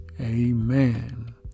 amen